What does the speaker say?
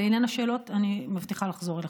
לעניין השאלות, אני מבטיחה לחזור אליך.